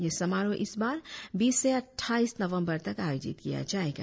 यह समारोह इस बार बीस से अटठाइस नवम्बर तक आयोजित किया जायेगा